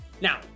Now